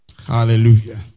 Hallelujah